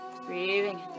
Breathing